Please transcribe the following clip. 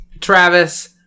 travis